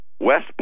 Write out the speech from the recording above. West